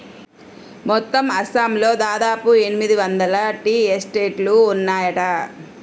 మొత్తం అస్సాంలో దాదాపు ఎనిమిది వందల టీ ఎస్టేట్లు ఉన్నాయట